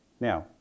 Now